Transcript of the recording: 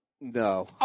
No